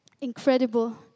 incredible